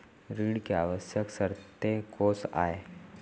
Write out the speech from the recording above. ऋण के आवश्यक शर्तें कोस आय?